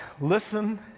listen